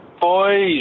Boys